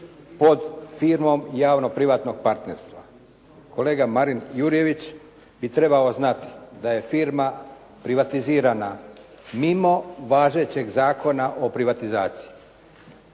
pod firmom javno-privatnog partnerstva. Kolega Marin Jurjević bi trebao znati da je firma privatizirana mimo važećeg Zakona privatizaciji,